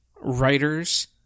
writers